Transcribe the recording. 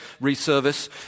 reservice